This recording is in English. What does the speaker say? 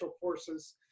Forces